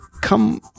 come